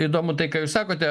įdomu tai ką jūs sakote